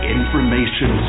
Information